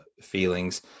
feelings